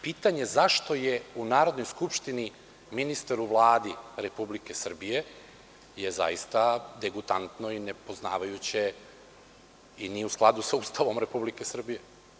Pitanje zašto je u Narodnoj skupštini ministar u Vladi Republike Srbije je zaista degutantno i nepoznavajuće, niti je u skladu s Ustavom Republike Srbije.